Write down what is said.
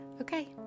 okay